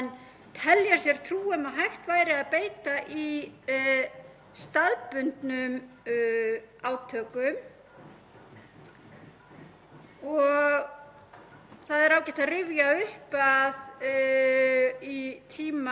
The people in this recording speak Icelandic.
Það er ágætt að rifja upp að á tíma Trump-stjórnarinnar var í Washington gert ráð fyrir þeim möguleika